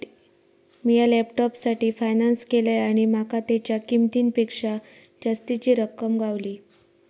मिया लॅपटॉपसाठी फायनांस केलंय आणि माका तेच्या किंमतेपेक्षा जास्तीची रक्कम गावली